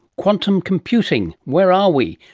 quantum computing. where are we,